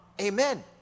Amen